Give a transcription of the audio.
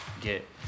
get